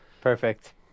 perfect